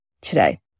today